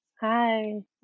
Hi